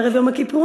בערב יום הכיפורים,